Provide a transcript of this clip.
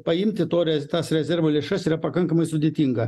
paimti to re tas rezervo lėšas yra pakankamai sudėtinga